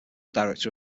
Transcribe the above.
director